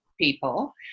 people